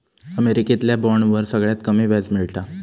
अमेरिकेतल्या बॉन्डवर सगळ्यात कमी व्याज मिळता